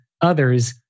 others